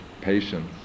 patience